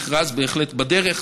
המכרז בהחלט בדרך.